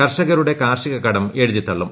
കർഷകരുടെ കാർഷിക കടം എഴുതിതള്ളും